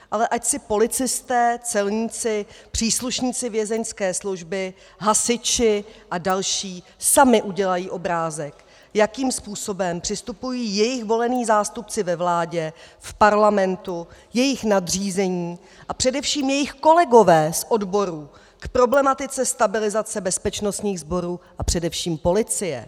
Ale ať si policisté, celníci, příslušníci vězeňské služby, hasiči a další sami udělají obrázek, jakým způsobem přistupují jejich volení zástupci ve vládě, v parlamentu, jejich nadřízení a především jejich kolegové z odborů k problematice stabilizace bezpečnostních sborů a především policie.